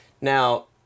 Now